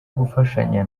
gufashanya